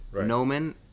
Nomen